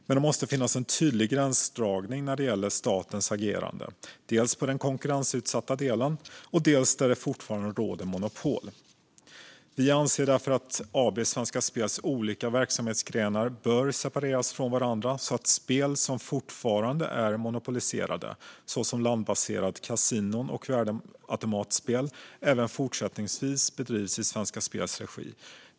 Men det måste finnas en tydlig gränsdragning när det gäller statens agerande, dels på den konkurrensutsatta delen, dels där det fortfarande råder monopol. Vi anser därför att AB Svenska Spels olika verksamhetsgrenar bör separeras från varandra så att spel som fortfarande är monopoliserade, såsom landbaserade kasinon och värdeautomatspel, även fortsättningsvis bedrivs i Svenska Spels regi.